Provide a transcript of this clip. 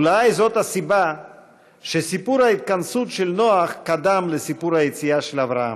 אולי זאת הסיבה שסיפור ההתכנסות של נח קדם לסיפור היציאה של אברהם.